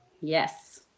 Yes